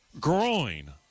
groin